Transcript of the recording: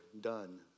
done